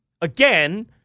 again